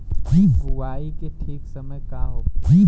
बुआई के ठीक समय का होखे?